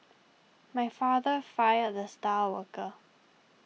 my father fired the star worker